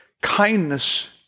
Kindness